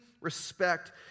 respect